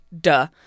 Duh